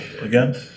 again